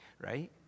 right